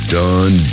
done